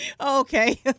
Okay